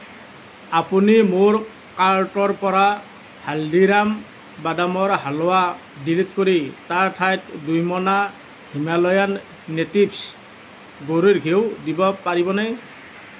আপুনি মোৰ কাৰ্টৰ পৰা হালদিৰাম বাদামৰ হালৱা ডিলিট কৰি তাৰ ঠাইত দুই মোনা হিমালয়ান নেটিভ্ছ গৰুৰ ঘিউ দিব পাৰিবনে